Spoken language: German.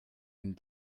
den